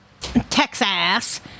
Texas